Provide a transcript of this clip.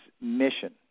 mission